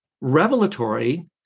revelatory